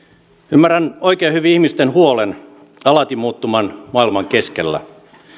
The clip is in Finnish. ymmärrän oikein hyvin ihmisten huolen alati muuttuvan maailman keskellä